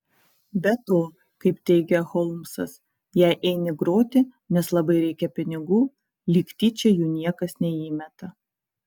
be to kaip teigia holmsas jei eini groti nes labai reikia pinigų lyg tyčia jų niekas neįmeta